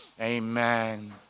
Amen